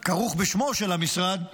וכרוך בשמו של המשרד,